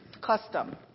custom